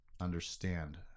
understand